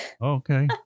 Okay